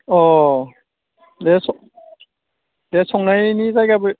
अ दे संनायनि जायगाबो